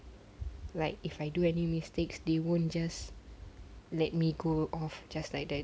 like if I do any mistakes they won't just let me go off just like that